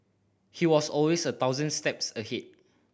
he was always a thousand steps ahead